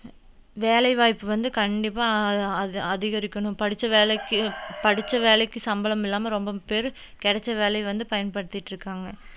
வேலை வாய்ப்பு வந்து கண்டிப்பாக அதிகரிக்கணும் படித்த வேலைக்கு படித்த வேலைக்கு சம்பளமில்லாமல் ரொம்ப பேர் கிடச்ச வேலைய வந்து பயன்படுத்திட்டு இருக்காங்க